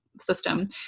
system